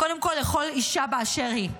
קודם כול לכל אישה באשר היא.